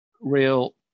real